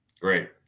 Great